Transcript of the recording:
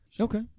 Okay